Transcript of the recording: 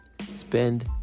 spend